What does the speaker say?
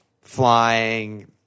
flying